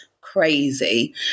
crazy